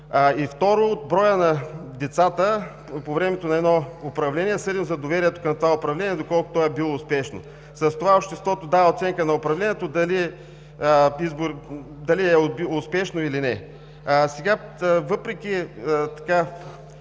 Второ, по броя на децата по времето на едно управление съдим за доверието към това управление и доколко то е било успешно. С това обществото дава оценка на управлението – дали е успешно или не.